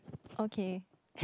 okay